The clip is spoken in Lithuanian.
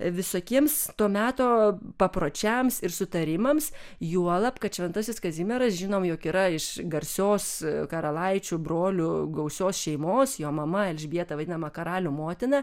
visokiems to meto papročiams ir sutarimams juolab kad šventasis kazimieras žinome jog yra iš garsios karalaičio brolių gausios šeimos jo mama elžbieta vadinama karalių motina